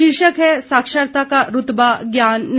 शीर्षक है साक्षरता का रुतबा ज्ञान नहीं